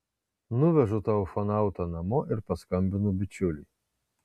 nuvežu tą ufonautą namo ir paskambinu bičiuliui